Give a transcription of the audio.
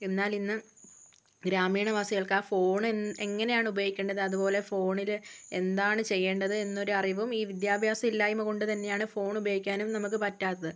എന്നാൽ ഇന്ന് ഗ്രാമീണവാസികൾക്ക് ആ ഫോണ് എങ്ങനെയാണ് ഉപയോഗിക്കേണ്ടത് അതുപോലെ ഫോണില് എന്താണ് ചെയ്യേണ്ടത് എന്നൊരറിവും ഈ വിദ്യാഭ്യാസില്ലായ്മ കൊണ്ട് തന്നെയാണ് ഫോൺ ഉപയോഗിക്കാനും നമുക്ക് പറ്റാത്തത്